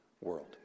world